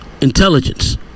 intelligence